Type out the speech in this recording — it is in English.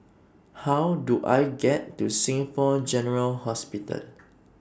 How Do I get to Singapore General Hospital